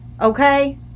okay